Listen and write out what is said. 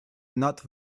not